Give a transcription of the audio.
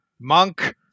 monk